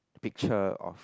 picture of